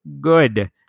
good